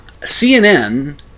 CNN